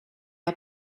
are